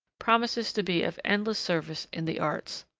promises to be of endless service in the arts.